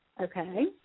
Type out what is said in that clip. Okay